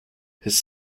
his